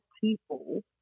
people